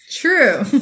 True